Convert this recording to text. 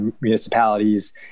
municipalities